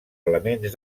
elements